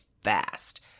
fast